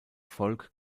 volk